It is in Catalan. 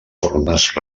formes